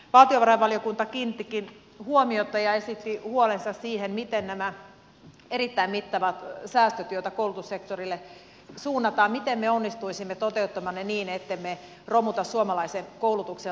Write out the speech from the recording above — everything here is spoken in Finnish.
valtiovarainvaliokunta kiinnittikin huomiota ja esitti huolensa siitä miten nämä erittäin mittavat säästöt joita koulutussektorille suunnataan onnistuisimme toteuttamaan niin ettemme romuta suomalaisen koulutuksen laatua